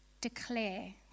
Declare